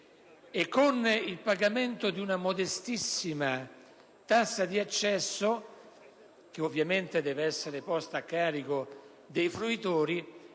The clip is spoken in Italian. Con il pagamento di una modestissima tassa di accesso, che ovviamente deve essere posta a carico dei fruitori,